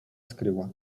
skryła